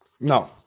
No